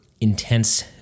intense